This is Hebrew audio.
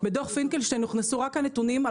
בדוח פינקלשטיין הוכנסו רק הנתונים על